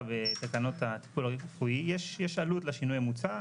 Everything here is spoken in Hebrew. בתקנות הטיפול הרפואי יש עלות לשינוי המוצע,